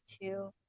two